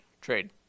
trade